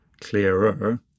clearer